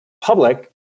Public